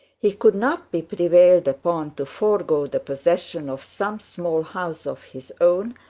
he could not be prevailed upon to forego the possession of some small house of his own,